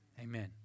Amen